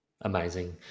Amazing